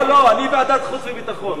לא, לא, אני, ועדת החוץ והביטחון.